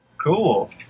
Cool